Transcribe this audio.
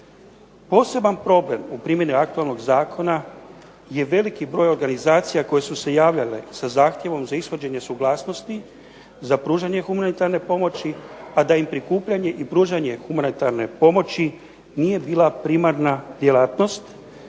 Poseban problem u primjeni aktualnog zakona je veliki broj organizacija koje su se javljale za zahtjevom za ishođenje suglasnosti za pružanje humanitarne pomoći, a da im prikupljanje i pružanje humanitarne pomoći nije bila primarna djelatnost